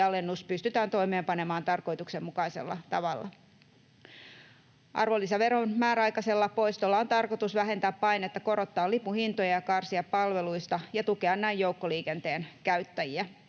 pystytään toimeenpanemaan tarkoituksenmukaisella tavalla. Arvonlisäveron määräaikaisella poistolla on tarkoitus vähentää painetta korottaa lipun hintoja ja karsia palveluista ja tukea näin joukkoliikenteen käyttäjiä.